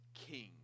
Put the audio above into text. king